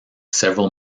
several